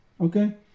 okay